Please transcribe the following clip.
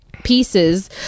pieces